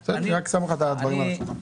אני רק שם לך את הדברים על השולחן.